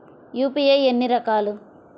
UPI ఎన్ని రకాలు?